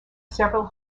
several